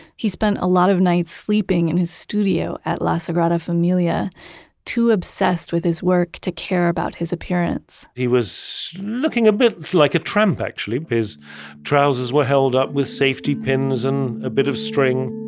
he spent a lot of nights sleeping in his studio at la sagrada familia too obsessed with his work to care about his appearance he was looking a bit like a tramp actually. but his trousers were held up with safety pins and a bit of string